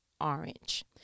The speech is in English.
orange